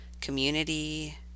community